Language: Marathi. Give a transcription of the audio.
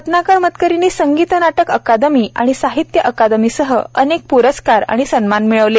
रत्नाकर मतकरींना संगीत नाटक अकादमी आणि साहित्य अकादमी सह अनेक प्रस्कार आणि सन्मान मिळाले